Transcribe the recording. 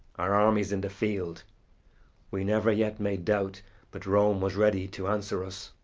our army's in the field we never yet made doubt but rome was ready to answer us.